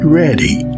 ready